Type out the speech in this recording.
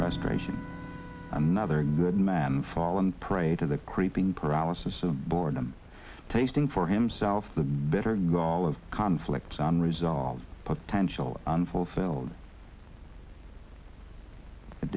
frustration another good man fallen prey to the creeping paralysis of boredom tasting for himself the better goal of conflicts on resolve potential unfulfilled it